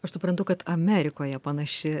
aš suprantu kad amerikoje panaši